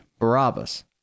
Barabbas